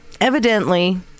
evidently